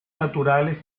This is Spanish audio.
naturales